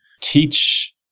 teach